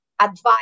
advice